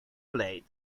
blade